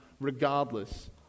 regardless